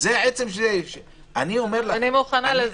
אני מוכנה לזה.